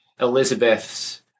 Elizabeth's